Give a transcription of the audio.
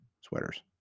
sweaters